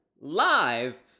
live